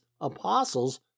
apostles